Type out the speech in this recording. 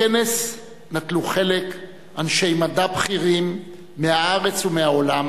בכנס נטלו חלק אנשי מדע בכירים מהארץ ומהעולם